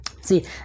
See